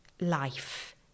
life